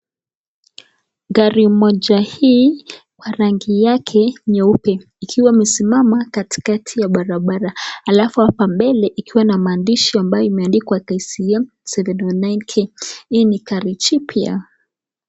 Gari moja hii Kwa rangi yake nyeupe ikiwa imesimama katikati ya barabara alafu hapa mbele ikiwa na maandishi ambayo imeandikwa KCM 709K hii ni gari jipya.